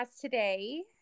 today